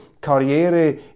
Karriere